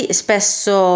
spesso